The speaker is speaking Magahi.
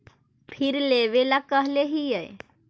फिर लेवेला कहले हियै?